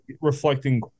reflecting